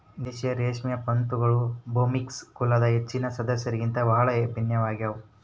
ದೇಶೀಯ ರೇಷ್ಮೆ ಪತಂಗಗಳು ಬೊಂಬಿಕ್ಸ್ ಕುಲದ ಹೆಚ್ಚಿನ ಸದಸ್ಯರಿಗಿಂತ ಬಹಳ ಭಿನ್ನವಾಗ್ಯವ